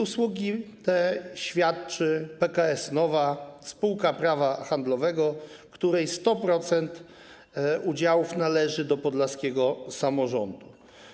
Usługi te świadczy PKS Nova, spółka prawa handlowego, której 100% udziałów należy do podlaskiego samorządu.